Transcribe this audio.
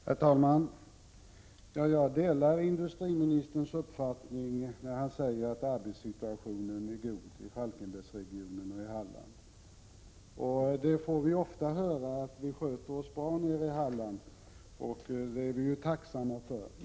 Herr talman! Jag delar industriministerns uppfattning att arbetsmarknadssituationen i Falkenbergsregionen och i Halland är god. Vi får ofta höra att vi sköter oss bra nere i Halland, och det är vi ju tacksamma för.